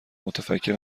متفکر